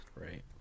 right